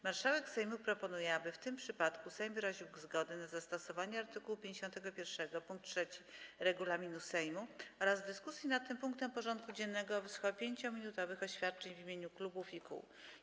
Marszałek Sejmu proponuje, aby w tym przypadku Sejm wyraził zgodę na zastosowanie art. 51 pkt 3 regulaminu Sejmu oraz w dyskusji nad tym punktem porządku dziennego wysłuchał 5-minutowych oświadczeń w imieniu klubów i kół.